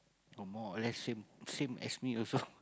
or more or less same same as me also